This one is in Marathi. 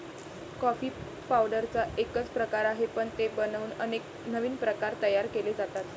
कॉफी पावडरचा एकच प्रकार आहे, पण ते बनवून अनेक नवीन प्रकार तयार केले जातात